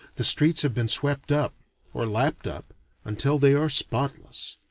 the streets have been swept up or lapped up until they are spotless.